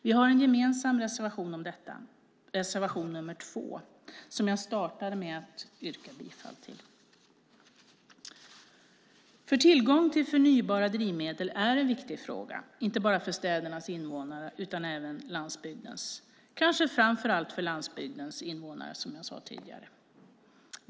Vi har en gemensam reservation om detta, reservation nr 2, som jag startade med att yrka bifall till, därför att tillgång till förnybara drivmedel är en viktig fråga, inte bara för städernas invånare utan även för landsbygdens, kanske framför allt för landsbygdens invånare, som jag sade tidigare.